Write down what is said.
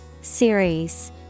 Series